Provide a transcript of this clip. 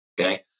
Okay